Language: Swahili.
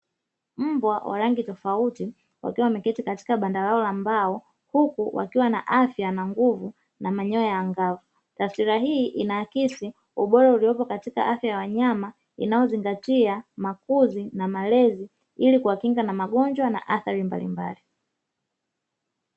Mbwa wa rangi tofauti wakiwa wameketi katika banda lao la mbao, huku wakiwa na afya na nguvu na manyoya angavu, taswira hii inaakisi ubora uliopo katika afya ya wanyama inayozingatia makuzi na malezi ili kuwakinga na magonjwa na athari mbalimbali.